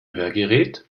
hörgerät